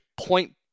point